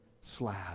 slab